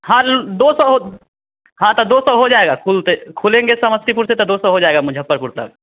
हल दो सौ हाँ तो दो सौ हो जाएगा खुलते खुलेंगे समस्तीपुर त दो सौ हो जाएगा मुज़फ़्फ़रपुर तक